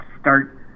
start